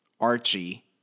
Archie